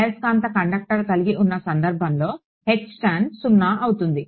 అయస్కాంత కండక్టర్ కలిగి ఉన్న సందర్భంలో 0 అవుతుంది